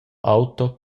auto